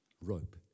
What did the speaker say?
Rope